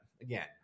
again